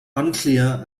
unclear